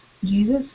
Jesus